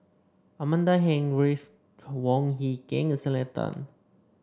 Amanda Heng Ruth Wong Hie King and Selena Tan